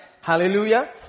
Hallelujah